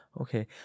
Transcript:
Okay